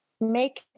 make